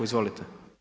Izvolite.